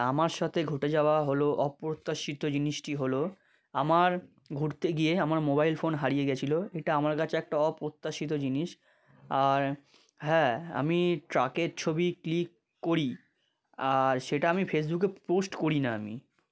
আমার সাথে ঘটে যাওয়া হলো অপ্রত্যাশিত জিনিসটি হলো আমার ঘুরতে গিয়ে আমার মোবাইল ফোন হারিয়ে গিয়েছিলো এটা আমার কাছে একটা অপ্রত্যাশিত জিনিস আর হ্যাঁ আমি ট্রাকের ছবি ক্লিক করি আর সেটা আমি ফেসবুকে পোষ্ট করি না আমি